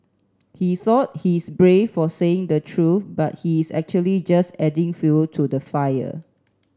he thought he's brave for saying the truth but he's actually just adding fuel to the fire